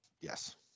yes